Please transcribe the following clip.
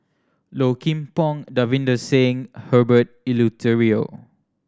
Low Kim Pong Davinder Singh Herbert Eleuterio